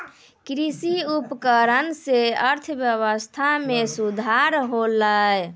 कृषि उपकरण सें अर्थव्यवस्था में सुधार होलय